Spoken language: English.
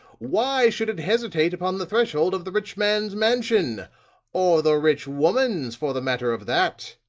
why should it hesitate upon the threshold of the rich man's mansion or the rich woman's, for the matter of that?